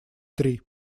три